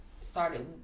started